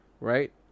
right